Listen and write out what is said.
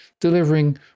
delivering